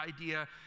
idea